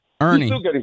Ernie